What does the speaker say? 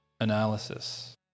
analysis